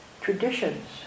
traditions